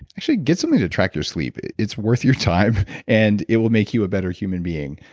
actually, get something to track your sleep. it's worth your time and it will make you a better human being.